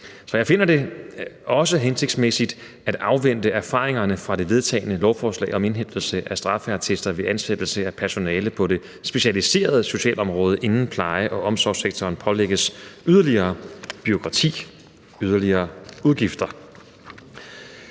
jeg finder det også hensigtsmæssigt at afvente erfaringerne fra det vedtagne lovforslag om indhentelse af straffeattester ved ansættelse af personale på det specialiserede socialområde, inden pleje- og omsorgssektoren pålægges yderligere bureaukrati og yderligere udgifter.